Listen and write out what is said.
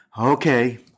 Okay